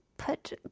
Put